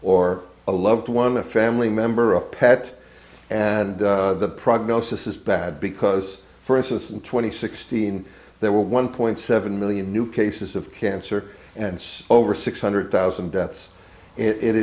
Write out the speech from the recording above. or a loved one a family member or a pet and the prognosis is bad because for assistant twenty sixteen there were one point seven million new cases of cancer and over six hundred thousand deaths it i